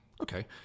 Okay